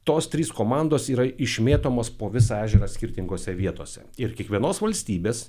tos trys komandos yra išmėtomos po visą ežerą skirtingose vietose ir kiekvienos valstybės